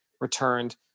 returned